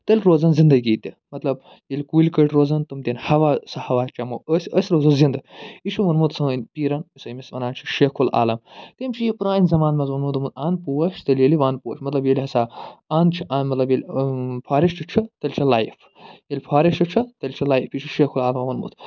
تیٚلہِ روزن زندگی تہِ مطلب ییٚلہِ کُلۍ کٔٹۍ روزن تِم دِنۍ ہوا سُہ ہوا چَمو أسۍ أسۍ روزو زِنٛدٕ یہِ چھُ ووٚنمُت سٲنۍ پیٖرن یُس ییٚمِس وَنان چھِ شیخُ العالم تٔمۍ چھُ یہِ پرٛانہِ زامانہٕ منٛز ووٚنمُت دوٚپمُت اَن پوش تیٚلہِ ییٚلہِ ون پوش مطلب ییٚلہِ ہسا اَن چھِ اَن مطلب ییٚلہِ فارٮ۪شٹ چھِ تیٚلہِ چھِ لایِف ییٚلہِ فارٮ۪ش چھُ تیٚلہِ چھِ لایِف یہِ چھُ شیخُ العالمن ووٚنمُت